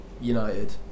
United